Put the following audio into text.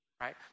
right